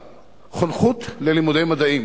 חונכות ללימודי מדעים,